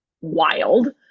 Wild